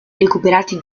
recuperati